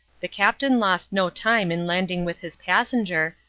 the captain lost no time in landing with his passenger,